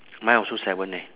mine also seven eh